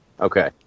Okay